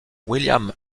william